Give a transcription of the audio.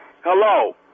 Hello